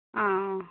ആ ആ